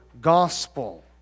gospel